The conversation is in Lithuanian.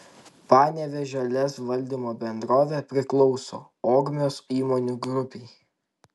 panevėžio lez valdymo bendrovė priklauso ogmios įmonių grupei